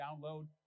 download